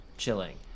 chilling